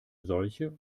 solche